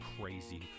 crazy